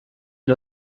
und